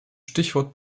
stichwort